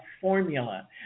formula